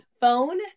phone